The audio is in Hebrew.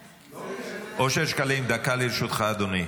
אושר שקלים, דקה לרשותך, אדוני.